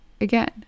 again